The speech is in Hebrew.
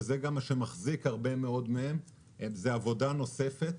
וזה גם מה שמחזיק הרבה מאוד מהם עבורם זה עבודה נוספת,